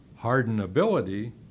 Hardenability